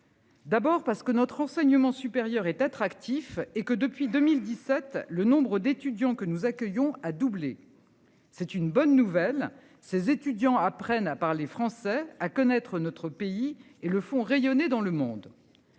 D'abord parce que notre enseignement supérieur est attractif et que depuis 2017 le nombre d'étudiants que nous accueillons a doublé. C'est une bonne nouvelle. Ces étudiants apprennent à parler français à connaître notre pays et le font rayonner dans le monde.